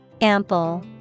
Ample